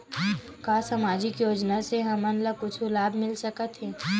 का सामाजिक योजना से हमन ला कुछु लाभ मिल सकत हे?